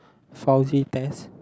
Fousey test